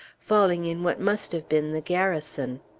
falling in what must have been the garrison.